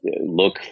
look